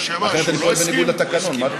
אחרת אני פועל בניגוד לתקנון.